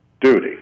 duty